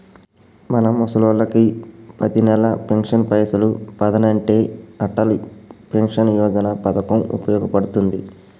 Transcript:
మన ముసలోళ్ళకి పతినెల పెన్షన్ పైసలు పదనంటే అటల్ పెన్షన్ యోజన పథకం ఉపయోగ పడుతుంది